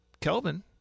Kelvin